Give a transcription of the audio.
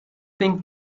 think